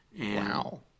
Wow